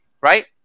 Right